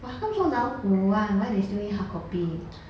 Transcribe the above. but how can 老古 [one] why they still need hard copy